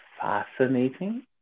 fascinating